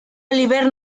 olivier